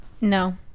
No